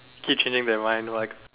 keep changing their mind like